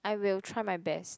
I will try my best